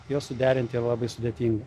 juos suderinti yra labai sudėtinga